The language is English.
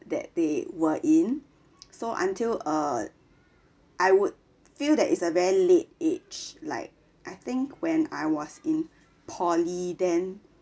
that they were in so until err I would feel that is a very late age like I think when I was in poly then